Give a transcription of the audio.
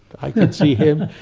i can see him,